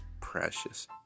precious